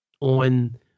on